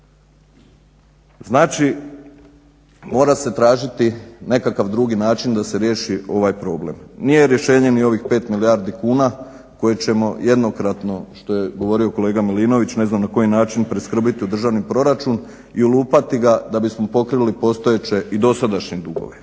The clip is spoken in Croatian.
Znači mora se tražiti nekakav drugi način da se riješi ovaj problem. nije rješenje ni ovih 5 milijardi kuna koje ćemo jednokratno što je govorio kolega Milinović ne znam na koji način priskrbiti u državni proračun i ulupati ga da bismo pokrili postojeće i dosadašnje dugove